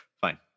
fine